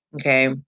okay